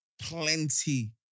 plenty